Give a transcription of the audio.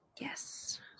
Yes